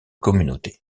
communautés